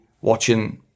watching